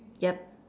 yup